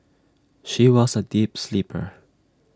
she was A deep sleeper